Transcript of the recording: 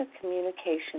communication